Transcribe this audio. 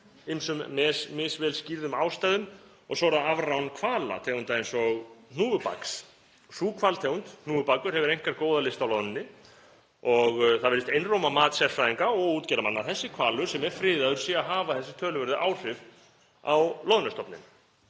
af ýmsum misvel skýrðum ástæðum og svo er það afrán hvalategunda eins og hnúfubaks. Sú hvalategund, hnúfubakur, hefur einkar góða lyst á loðnunni og það virðist einróma mat sérfræðinga og útgerðarmanna að þessi hvalur, sem er friðaður, sé að hafa þessi töluverðu áhrif á loðnustofninn.